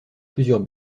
plusieurs